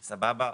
סבבה.